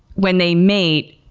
when they mate,